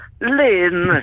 Lynn